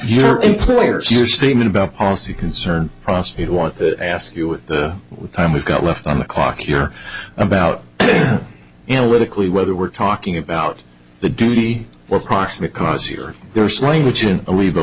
your employer so your statement about policy concerns prostate want to ask you with the time we've got left on the clock here about analytically whether we're talking about the duty or proximate cause here there's language